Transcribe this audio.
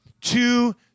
two